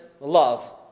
love